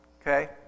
Okay